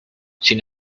sin